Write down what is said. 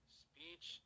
speech